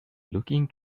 looking